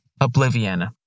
oblivion